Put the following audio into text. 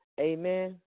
Amen